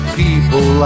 people